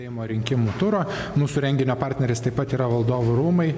seimo rinkimų turo mūsų renginio partneris taip pat yra valdovų rūmai